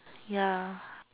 ya